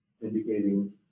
Indicating